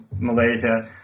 Malaysia